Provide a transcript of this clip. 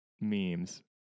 memes